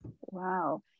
Wow